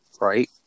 Right